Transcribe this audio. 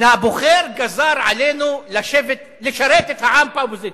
"הבוחר גזר עלינו לשרת את העם מהאופוזיציה".